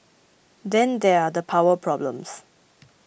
then there are the power problems